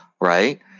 right